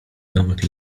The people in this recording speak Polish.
domek